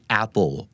apple